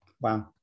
Wow